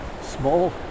small